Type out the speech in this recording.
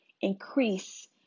increase